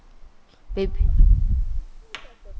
they